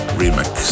remix